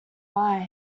why